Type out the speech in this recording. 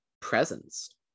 presence